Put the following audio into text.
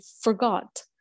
forgot